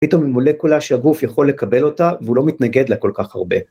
‫פתאום היא מולקולה שהגוף ‫יכול לקבל אותה ‫והוא לא מתנגד לה כל כך הרבה.